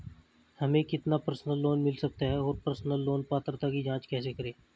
हमें कितना personal loan मिल सकता है और पर्सनल लोन पात्रता की जांच कैसे करें?